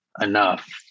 enough